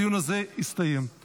חבר הכנסת אופיר כץ, נא לסכם, בבקשה.